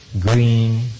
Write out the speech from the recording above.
green